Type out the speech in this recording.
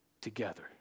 together